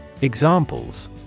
Examples